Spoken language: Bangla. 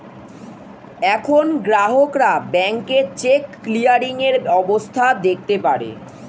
এখন গ্রাহকরা ব্যাংকে চেক ক্লিয়ারিং এর অবস্থা দেখতে পারে